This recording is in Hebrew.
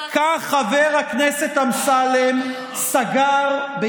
כך חבר הכנסת אמסלם סגר,